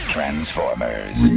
Transformers